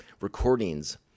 recordings